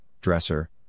dresser